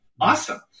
awesome